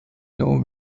know